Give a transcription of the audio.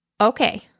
Okay